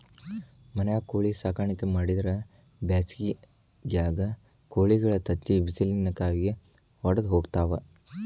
ಮನ್ಯಾಗ ಕೋಳಿ ಸಾಕಾಣಿಕೆ ಮಾಡಿದ್ರ್ ಬ್ಯಾಸಿಗ್ಯಾಗ ಕೋಳಿಗಳ ತತ್ತಿ ಬಿಸಿಲಿನ ಕಾವಿಗೆ ವಡದ ಹೋಗ್ತಾವ